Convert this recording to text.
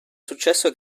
successo